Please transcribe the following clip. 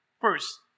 First